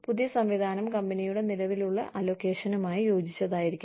പുതിയ സംവിധാനം കമ്പനിയുടെ നിലവിലുള്ള അലോക്കേഷനുമായി യോജിച്ചതായിരിക്കണം